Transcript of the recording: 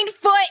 foot